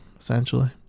essentially